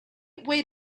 wait